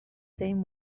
same